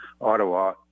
Ottawa